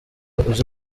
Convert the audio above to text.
uzi